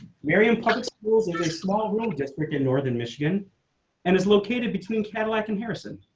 marion parks schools in a small room district in northern michigan and it's located between cadillac and harrison.